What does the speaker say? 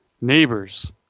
Neighbors